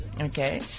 okay